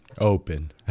Open